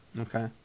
okay